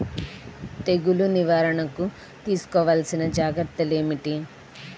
తెగులు నివారణకు తీసుకోవలసిన జాగ్రత్తలు ఏమిటీ?